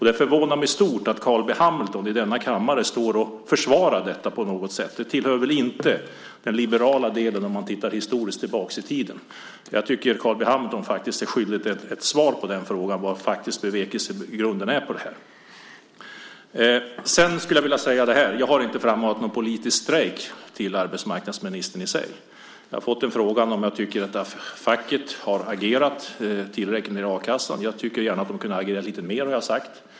Det förvånar mig stort att Carl B Hamilton i denna kammare står och försvarar detta på något sätt. Det tillhör väl inte den liberala delen om man tittar historiskt tillbaka i tiden. Jag tycker Carl B Hamilton faktiskt är skyldig ett svar på frågan om vilken bevekelsegrunden är när det gäller det här. Sedan skulle jag vilja säga att jag inte har frammanat någon politisk strejk mot arbetsmarknadsministern. Jag har fått frågan om jag tycker att facket har agerat tillräckligt när det gäller a-kassan. Jag tycker att de kunde ha agerat lite mer, har jag sagt.